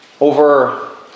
Over